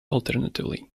alternatively